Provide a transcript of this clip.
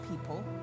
people